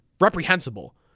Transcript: reprehensible